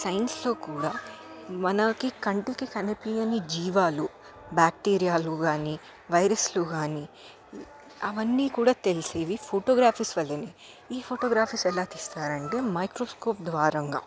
సైన్స్లో కూడా మనకి కంటికి కనిపించని జీవాలు బ్యాక్టీరియాలు కానీ వైరస్లు కానీ అవన్నీ కూడా తెలిసేవి ఫొటోగ్రఫీస్ వల్లనే ఈ ఫొటోగ్రఫీస్ ఎలా తీస్తారంటే మైక్రోస్కోప్ ద్వారా